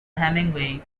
hemingway